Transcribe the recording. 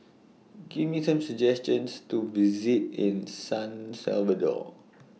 Give Me Some suggestions to visit in San Salvador